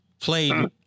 played